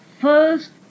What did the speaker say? first